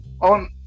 on